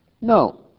No